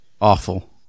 Awful